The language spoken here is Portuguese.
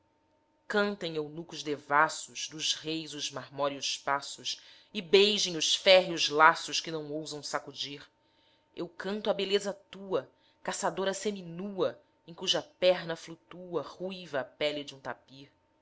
chacal cantem eunucos devassos dos reis os marmóreos paços e beijem os férreos laços que não ousam sacudir eu canto a beleza tua caçadora seminua em cuja perna flutua ruiva a pele de um tapir